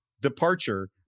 departure